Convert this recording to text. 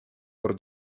por